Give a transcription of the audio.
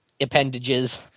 appendages